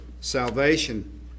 salvation